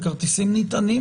המעסיק לו כרטיס נטען.